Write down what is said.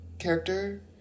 character